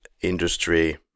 industry